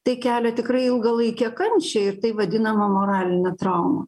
tai kelia tikrai ilgalaikę kančią ir tai vadinama moraline trauma